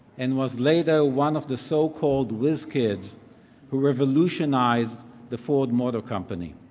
and was later one of the so-called whiz kids who revolutionized the ford motor company.